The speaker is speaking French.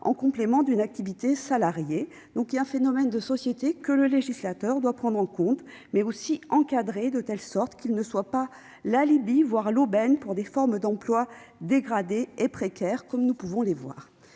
en complément d'une activité salariée. Il y a là un phénomène de société que le législateur doit prendre en compte, mais aussi encadrer, de telle sorte qu'il ne soit pas l'alibi, voire l'aubaine, pour des formes d'emploi dégradées et précaires, comme cela arrive